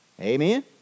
Amen